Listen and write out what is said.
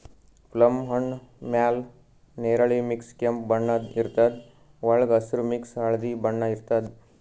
plum ಹಣ್ಣ್ ಮ್ಯಾಲ್ ನೆರಳಿ ಮಿಕ್ಸ್ ಕೆಂಪ್ ಬಣ್ಣದ್ ಇರ್ತದ್ ವಳ್ಗ್ ಹಸ್ರ್ ಮಿಕ್ಸ್ ಹಳ್ದಿ ಬಣ್ಣ ಇರ್ತದ್